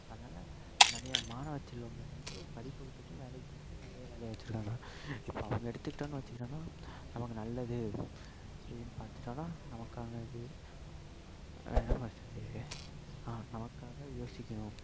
அதனால் நிறைய மாணவச்செல்வங்கள் வந்து படிப்பை விட்டுட்டு வேலைக்கு போகிறது நிறைய வேலையாக வச்சுருக்காங்க இப்போ அவங்க எடுத்துக்கிட்டோம்னு வச்சுக்கிட்டோனா நமக்கு நல்லது இதுனு பார்த்துட்டாலும் நமக்கான இது என்ன பேசுகிறது நமக்காக யோசிக்கணும்